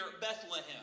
Bethlehem